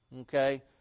okay